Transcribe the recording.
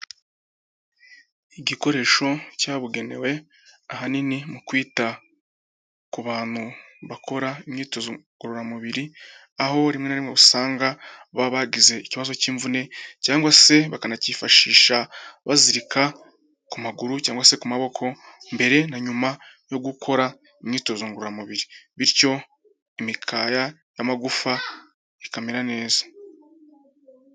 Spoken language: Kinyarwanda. Igikoresho cyabugenewe ahanini mu kwita ku bantu bakora imyitozo ngororamubiri, aho rimwe na rimwe usanga baba bagize ikibazo cy'imvune cyangwa se bakanakifashisha bazirika ku maguru cyangwa se ku maboko mbere na nyuma yo gukora imyitozo ngororamubiri bityo imikaya y'amagufa ikamera neza.